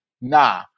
nah